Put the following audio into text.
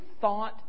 thought